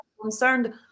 concerned